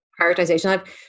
prioritization